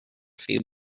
few